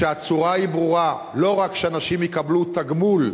והצורה היא ברורה: לא רק שאנשים יקבלו תגמול,